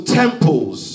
temples